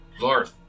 Lorth